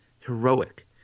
heroic